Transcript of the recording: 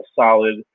solid